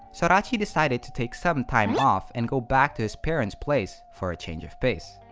sorachi decided to take some time off and go back to his parent's place for a change of pace.